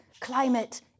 climate